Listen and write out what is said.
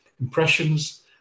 impressions